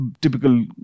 typical